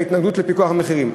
בהתנגדות לפיקוח על מחירים.